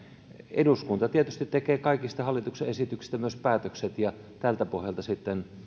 eduskunta tietysti tekee kaikista hallituksen esityksistä myös päätökset ja tältä pohjalta sitten